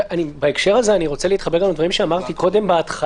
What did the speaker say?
בהקשר הזה אני רוצה להתחבר לדברים שאמרתי בהתחלה,